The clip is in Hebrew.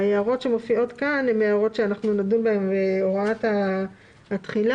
ההערות שמופיעות כאן, נדון בהן בהוראת התחילה.